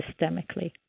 systemically